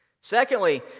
Secondly